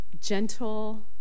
gentle